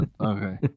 okay